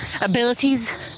abilities